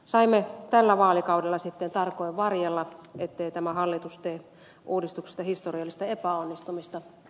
saimme tällä vaalikaudella sitten tarkoin varjella ettei tämä hallitus tee uudistuksesta historiallista epäonnistumista